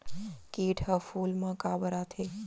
किट ह फूल मा काबर आथे?